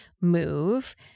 move